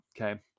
Okay